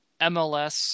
MLS